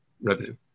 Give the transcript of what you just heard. revenue